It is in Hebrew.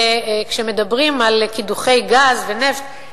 כשמדברים על קידוחי גז ונפט,